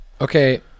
Okay